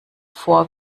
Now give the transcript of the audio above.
vor